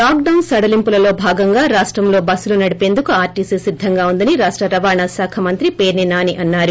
lock down సడలింపులలో భాగంగా రాష్టంలో బస్సులు నడిపేందుకు ఆర్టీసి సిద్దంగా ఉందని రాష్ట రవాణా శాఖ మంత్రి పేర్పి నాని అన్నారు